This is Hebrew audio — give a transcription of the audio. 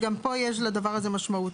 וגם פה יש לדבר הזה משמעות.